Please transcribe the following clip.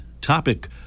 Topic